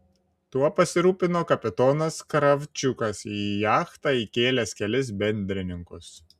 tuo pasirūpino kapitonas kravčiukas į jachtą įkėlęs kelis bendrininkus